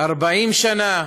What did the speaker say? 40 שנה,